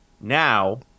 now